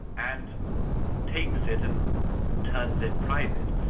and takes it and turns it private,